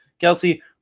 Kelsey